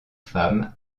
femme